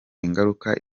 ingaruka